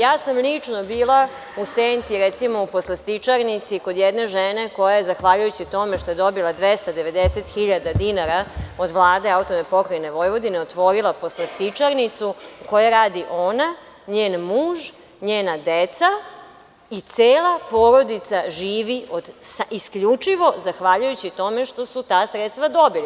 Ja sam lično bila u Senti, recimo, u poslastičarnici kod jedne žene koja je zahvaljujući tome što je dobila 290 hiljada dinara od Vlade AP Vojvodine otvorila poslastičarnicu u kojoj radi ona, njen muž, njena deca i cela porodica živi isključivo zahvaljujući tome što su ta sredstva dobili.